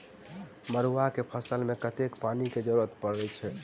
मड़ुआ केँ फसल मे कतेक पानि केँ जरूरत परै छैय?